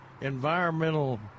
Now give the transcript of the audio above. environmental